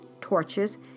torches